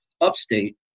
upstate